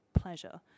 pleasure